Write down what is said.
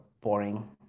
boring